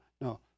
no